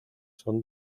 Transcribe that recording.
son